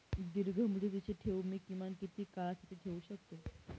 दीर्घमुदतीचे ठेव मी किमान किती काळासाठी ठेवू शकतो?